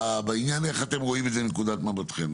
בעניין איך אתם רואים את זה מנקודת מבטכם?